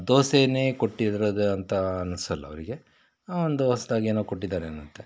ದೋಸೆನೇ ಕೊಟ್ಟಿದಾರೆ ಅದು ಅಂತ ಅನಿಸಲ್ಲ ಅವರಿಗೆ ಒಂದು ಹೊಸದಾಗಿ ಏನೋ ಕೊಟ್ಟಿದ್ದಾರೆ ಅನ್ನುತ್ತೆ